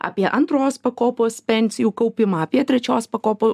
apie antros pakopos pensijų kaupimą apie trečios pakopų